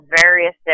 various